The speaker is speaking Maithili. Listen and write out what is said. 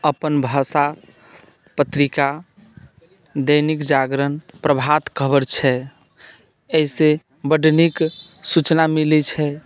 अपन भाषा पत्रिका दैनिक जागरण प्रभात खबर छै एहिसँ बड्ड नीक सूचना मिलैत छै